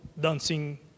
dancing